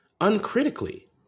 uncritically